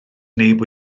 neb